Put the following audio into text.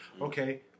Okay